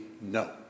no